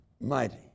mighty